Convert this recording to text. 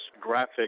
graphic